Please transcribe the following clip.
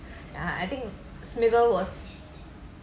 uh I think smeagol was